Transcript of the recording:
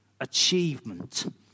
achievement